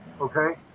Okay